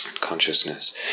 consciousness